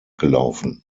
gelaufen